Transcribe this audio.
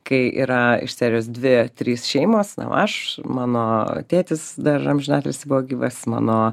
kai yra iš serijos dvi trys šeimos na aš mano tėtis dar amžinatilsį buvo gyvas mano